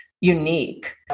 unique